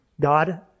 God